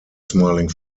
smiling